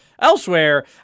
Elsewhere